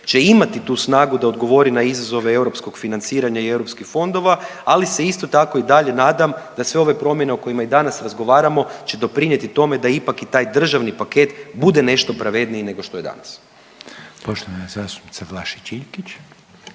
će imati tu snagu da odgovori na izazove europskog financiranja i europskih fondova, ali se isto tako i dalje nadam da sve ove promjene o kojima i danas razgovaramo će doprinijeti tome da ipak i taj državni paket bude nešto pravedniji nego što je danas.